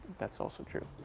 that's also true.